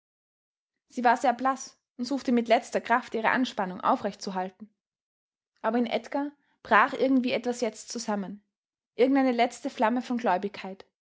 sie war sehr blaß und suchte mit letzter kraft ihre anspannung aufrecht zu halten aber in edgar brach irgendwie etwas jetzt zusammen irgendeine letzte flamme von gläubigkeit